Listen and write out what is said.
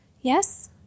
Yes